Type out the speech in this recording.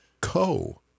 co